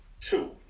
Two